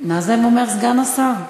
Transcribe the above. נאזם אומר: סגן השר.